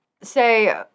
Say